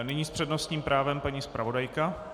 Nyní s přednostním právem paní zpravodajka.